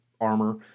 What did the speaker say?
armor